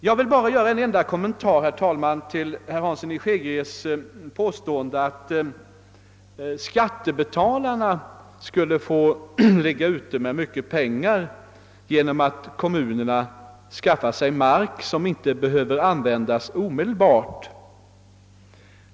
Jag vill bara göra en enda kommentar, herr talman, till herr Hanssons i Skegrie påstående att skattebetalarna skulle få ligga ute med mycket pengar genom att kommunerna köper mark som inte behöver användas omedelbart.